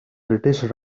british